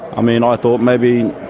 i mean, i thought maybe,